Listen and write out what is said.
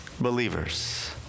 believers